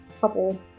couple